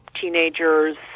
teenagers